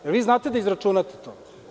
Je li vi znate da izračunate to.